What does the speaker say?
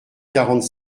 quarante